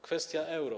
Kwestia euro.